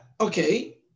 okay